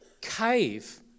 cave